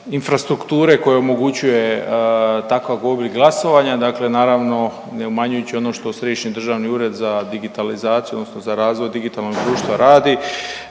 infrastrukture koja omogućuje takav oblik glasovanja. Dakle, naravno ne umanjujući ono što Središnji državni ured za digitalizaciju odnosno za razvoj digitalnog društva radi,